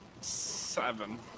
Seven